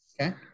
Okay